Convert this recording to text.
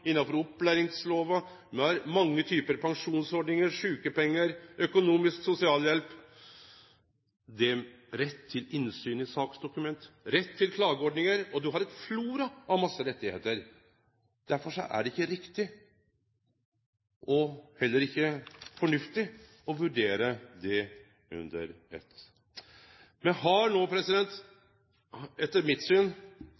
opplæringslova, me har mange typar pensjonsordningar, sjukepengar, økonomisk sosialhjelp, rett til innsyn i saksdokument, rett til klageordningar – du har ein flora av rettar. Derfor er det ikkje riktig og heller ikkje fornuftig å vurdere dei under eitt. Me har no